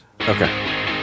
okay